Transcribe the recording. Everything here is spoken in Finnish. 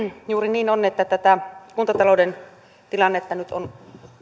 juuri niin on että tätä kuntatalouden tilannetta nyt on